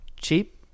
cheap